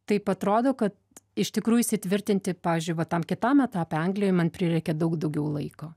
taip atrodo kad iš tikrųjų įsitvirtinti pavyzdžiui va tam kitam etape anglijoj man prireikė daug daugiau laiko